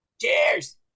Cheers